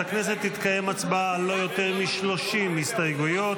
הכנסת תתקיים הצבעה על לא יותר מ-30 הסתייגויות.